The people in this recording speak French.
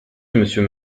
monsieur